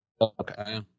Okay